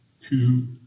two